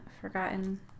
forgotten